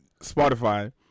spotify